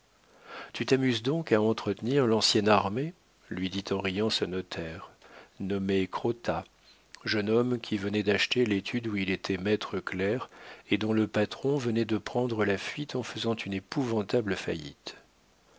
tu t'amuses donc à entretenir l'ancienne armée lui dit en riant ce notaire nommé crottat jeune homme qui venait d'acheter l'étude où il était maître clerc et dont le patron venait de prendre la fuite en faisant une épouvantable faillite